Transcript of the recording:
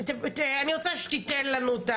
אני רוצה שתיתן לנו,